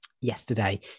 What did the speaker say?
yesterday